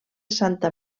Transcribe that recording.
santa